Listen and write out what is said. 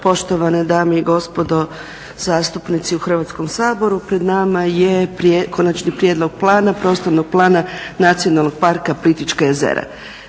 poštovane dame i gospodo zastupnici u Hrvatskom saboru. Pred nama je Konačni prijedlog plana prostornog plana Nacionalnog parka Plitvička jezera.